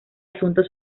asuntos